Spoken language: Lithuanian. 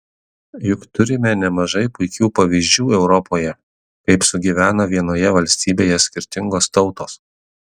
juk turime nemažai puikių pavyzdžių europoje kaip sugyvena vienoje valstybėje skirtingos tautos